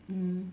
mm